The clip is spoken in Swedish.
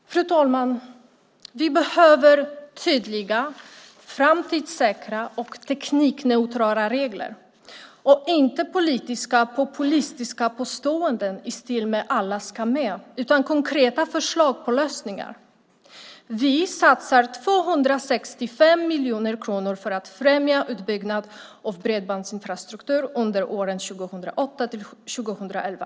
Fru talman! Vi behöver tydliga, framtidssäkra och teknikneutrala regler - inte politiska populistiska påståenden i stil med "alla ska med", utan konkreta förslag på lösningar. Vi satsar 265 miljoner kronor för att främja utbyggnaden av bredbandsinfrastrukturen under åren 2008-2011.